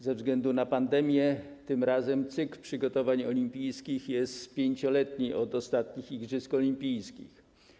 Ze względu na pandemię tym razem cykl przygotowań olimpijskich jest 5-letni, licząc od ostatnich igrzysk olimpijskich.